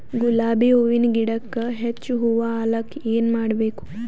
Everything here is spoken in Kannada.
ಗುಲಾಬಿ ಹೂವಿನ ಗಿಡಕ್ಕ ಹೆಚ್ಚ ಹೂವಾ ಆಲಕ ಏನ ಮಾಡಬೇಕು?